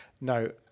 no